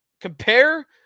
Compare